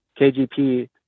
KGP